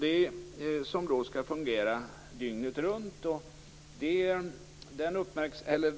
De skall fungera dygnet runt.